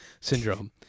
syndrome